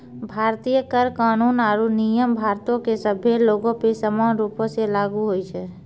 भारतीय कर कानून आरु नियम भारतो के सभ्भे लोगो पे समान रूपो से लागू होय छै